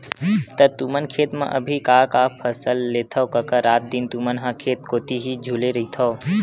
त तुमन खेत म अभी का का फसल लेथव कका रात दिन तुमन ह खेत कोती ही झुले रहिथव?